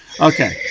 okay